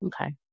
Okay